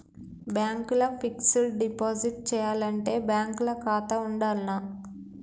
Bank ల fixed deposit చేయాలంటే bank ల ఖాతా ఉండాల్నా?